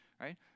Right